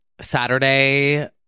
Saturday